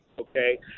Okay